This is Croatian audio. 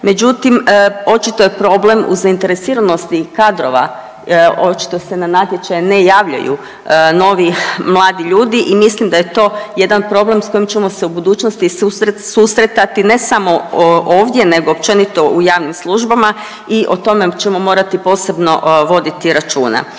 međutim očito je problem u zainteresiranosti kadrova, očito se na natječaj ne javljaju novi mladi ljudi i mislim da je to jedan problem s kojim ćemo se u budućnosti susretati ne samo ovdje nego općenito u javnim službama i o tome ćemo morati posebno voditi računa.